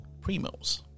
Primo's